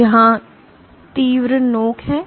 तो यहाँ तीव्र नोक है